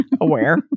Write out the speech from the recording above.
aware